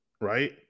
Right